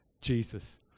Jesus